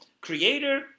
Creator